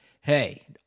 hey